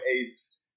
Ace